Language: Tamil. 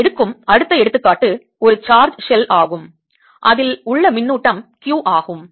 நான் எடுக்கும் அடுத்த எடுத்துக்காட்டு ஒரு சார்ஜ் ஷெல் ஆகும் அதில் உள்ள மின்னூட்டம் Q ஆகும்